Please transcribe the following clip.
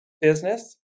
business